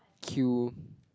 queue